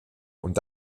und